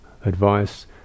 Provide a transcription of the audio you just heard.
advice